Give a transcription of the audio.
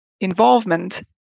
involvement